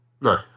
No